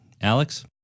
Alex